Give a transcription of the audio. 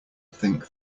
think